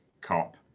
cop